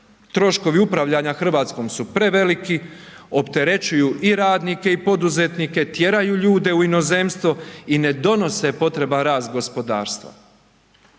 troškovi upravljanja Hrvatskom su preveliki, opterećuju i radnike i poduzetnike, tjeraju ljude u inozemstvo i ne donose potreban rast gospodarstva.